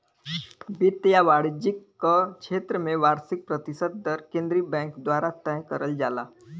वित्त या वाणिज्य क क्षेत्र में वार्षिक प्रतिशत दर केंद्रीय बैंक द्वारा तय करल जाला